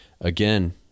again